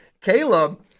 caleb